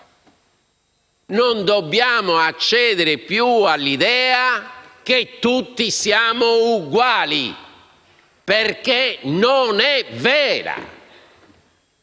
Non dobbiamo più accedere all'idea che tutti siamo uguali, perché non è vero.